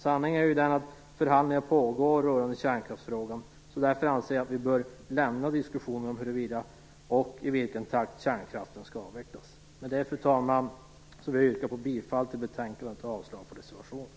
Sanningen är att förhandlingar pågår i kärnkraftsfrågan, och därför anser jag att vi bör lämna diskussionen om huruvida och i vilken takt kärnkraften skall avvecklas. Med det, fru talman, vill jag yrka bifall till utskottets hemställan i betänkandet och avslag på reservationerna.